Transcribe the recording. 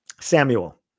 Samuel